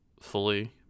fully